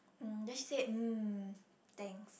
um then she said mm thanks